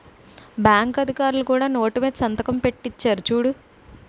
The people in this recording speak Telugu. బాంకు అధికారులు కూడా నోటు మీద సంతకం పెట్టి ఇచ్చేరు చూడు